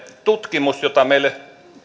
tutkimus jota meille